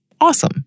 Awesome